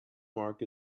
mark